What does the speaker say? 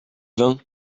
vainc